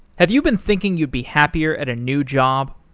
have you been thinking you'd be happier at a new job?